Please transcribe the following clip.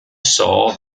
saw